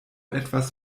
etwas